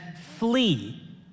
flee